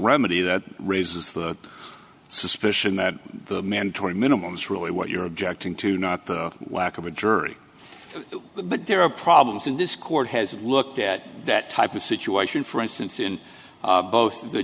remedy that raises the suspicion that the mandatory minimums really what you're objecting to not the lack of a jury but there are problems in this court has looked at that type of situation for instance in both the